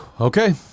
Okay